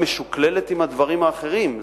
היא משוקללת עם הדברים האחרים,